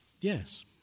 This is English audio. Yes